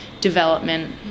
development